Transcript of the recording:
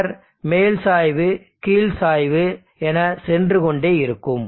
பின்னர் மேல் சாய்வு கீழ் சாய்வு என சென்று கொண்டே இருக்கும்